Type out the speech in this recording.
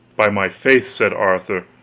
by my faith, said arthur,